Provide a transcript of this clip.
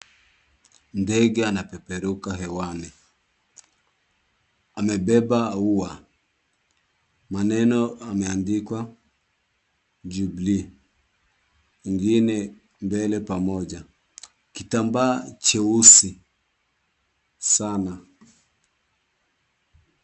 Ndege anapeperuka hewani. Amebeba ua. Maneno yameandikwa Jubilee ingine mbele pamoja. Kitambaa cheusi sana.